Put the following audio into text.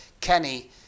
Kenny